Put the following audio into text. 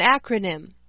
acronym